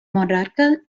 monarca